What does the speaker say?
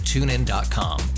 TuneIn.com